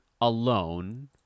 alone